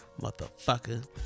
motherfucker